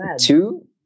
Two